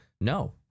No